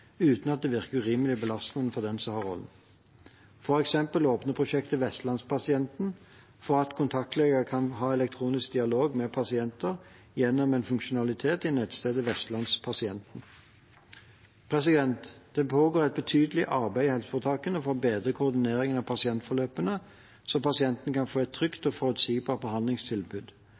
uten at dette virker urimelig belastende for den som har rollen. For eksempel åpner Prosjekt Vestlandspasienten for at kontaktleger kan ha elektronisk dialog med pasienten gjennom en funksjonalitet i nettstedet Vestlandspasienten. Det pågår et betydelig arbeid i helseforetakene for å bedre koordineringen av pasientforløpene så pasientene kan få et trygt og forutsigbart behandlingstilbud.